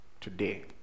today